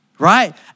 Right